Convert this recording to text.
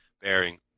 bearing